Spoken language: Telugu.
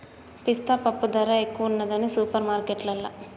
పిస్తా పప్పు ధర ఎక్కువున్నది సూపర్ మార్కెట్లల్లా